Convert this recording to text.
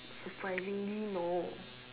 surprisingly no